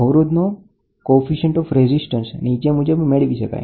અવરોધનો તાપમાન ગુણાંક નીચે મુજબ મેળવી શકાય